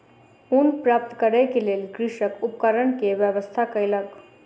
ऊन प्राप्त करै के लेल कृषक उपकरण के व्यवस्था कयलक